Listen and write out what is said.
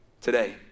Today